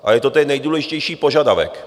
A je to ten nejdůležitější požadavek.